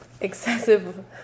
excessive